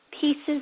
pieces